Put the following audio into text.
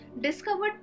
discovered